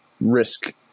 risk